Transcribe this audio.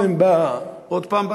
עוד הפעם?